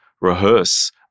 rehearse